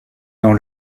dans